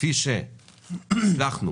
כפי שהצלחנו